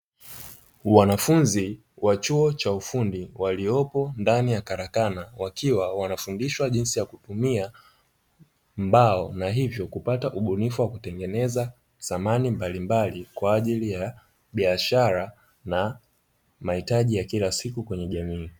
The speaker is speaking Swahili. Wanafunzi wa chuo cha ufundi waliopo ndani ya karakana, wakiwa wanafundishwa jinsi ya kutumia mbao, na hivyo kupata ubunifu wa kutengeneza samani mbalimbali kwa ajili ya biashara na mahitaji ya kila siku kwenye jamii.